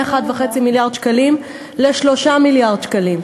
מ-1.5 מיליארד שקלים ל-3 מיליארד שקלים.